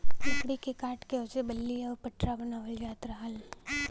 लकड़ी के काट के ओसे बल्ली आउर पटरा बनावल जात रहल